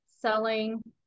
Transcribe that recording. selling